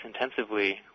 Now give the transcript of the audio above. intensively